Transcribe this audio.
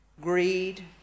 greed